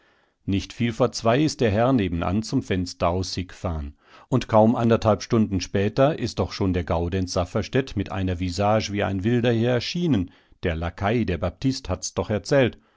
nicht viel vor zwei ist der herr nebenan zum fenster außigefahr'n und kaum anderthalb stunden später ist doch schon der gaudenz safferstätt mit einer visage wie ein wilder hier erschienen der laquai der baptist hat's doch erzählt